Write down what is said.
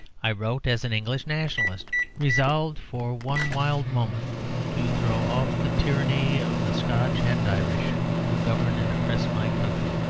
i wrote as an english nationalist resolved for one wild moment to throw off the tyranny of the scotch and irish who govern and oppress my country.